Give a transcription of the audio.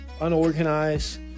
unorganized